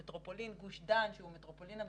במטרופולין גוש דן שהוא המטרופולין המרכזי,